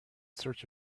search